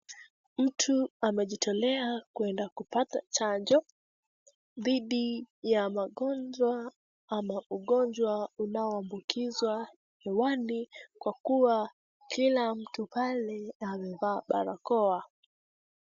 Mtu amejitolea kwenda kupata chanjo dhidi ya magonjwa ama ugonjwa unao ambukizwa hewani kwa kuwa kila mtu pale amevaa barakoa.